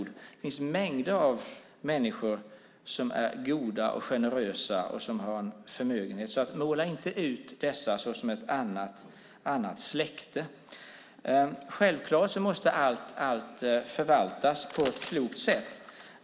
Det finns mängder av människor som är goda och generösa som har en förmögenhet. Måla inte ut dessa som ett annat släkte! Självklart måste allt förvaltas på ett klokt sätt.